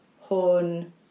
horn